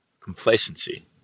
complacency